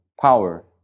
power